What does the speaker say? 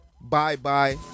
bye-bye